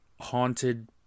haunted